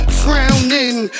frowning